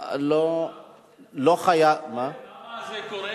אדוני השר,